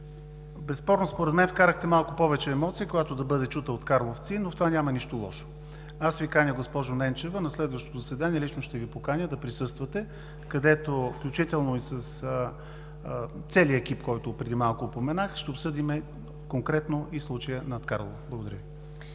Безспорно според мен вкарахте малко повече емоция, която да бъде чута от карловци, но в това няма нищо лошо. Каня Ви, госпожо Ненчева, на следващото заседание лично ще Ви поканя да присъствате, където, включително с целия екип, който преди малко упоменах, ще обсъдим конкретно и случая над Карлово. Благодаря Ви.